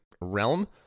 realm